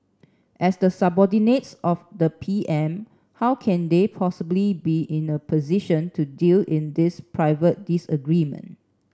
as the subordinates of the P M how can they possibly be in a position to deal in this private disagreement